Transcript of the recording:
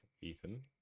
Ethan